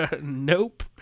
Nope